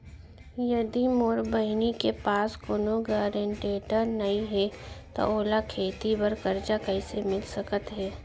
यदि मोर बहिनी के पास कोनो गरेंटेटर नई हे त ओला खेती बर कर्जा कईसे मिल सकत हे?